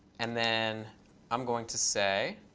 and then i'm going to say,